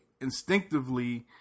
instinctively